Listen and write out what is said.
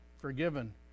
forgiven